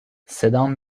صدام